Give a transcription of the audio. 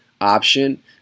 option